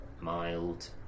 mild